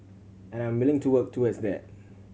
and I am willing to work towards that